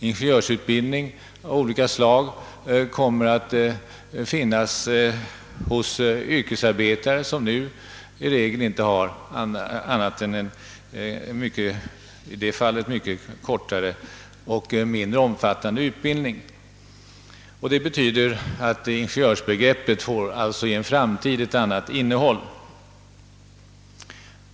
Ingenjörsutbildning av olika slag kommer att finnas hos yrkesarbetare som nu i det fallet har en mycket kortare och mindre omfattande utbildning. Det betyder att ingenjörsbegreppet då får ett helt annat innehåll.